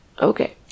okay